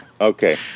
okay